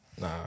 Nah